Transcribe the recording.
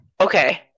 Okay